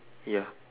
ya